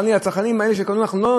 מכיוון שאנחנו,